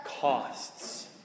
costs